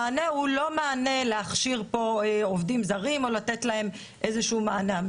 המענה הוא לא מענה להכשיר פה עובדים זרים או לתת להם איזשהו מענה,